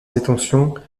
détention